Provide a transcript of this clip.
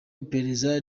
iperereza